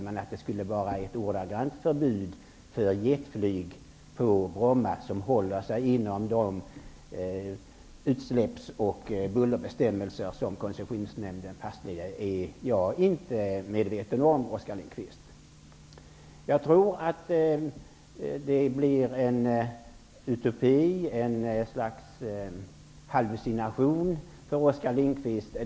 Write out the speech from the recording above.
Men att det skulle innebära ett förbud mot ett jetflyg på Bromma som följer de bestämmelser om buller och utsläpp som koncessionsnämnden har fastställt är jag inte medveten om, Oskar Lindkvist. Jag tror att denna trädgårdsstad på Bromma blir en utopi, ett slags hallucination, för Oskar Lindkvist.